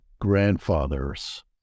grandfather's